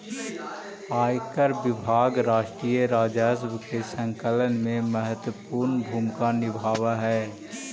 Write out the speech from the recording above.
आयकर विभाग राष्ट्रीय राजस्व के संकलन में महत्वपूर्ण भूमिका निभावऽ हई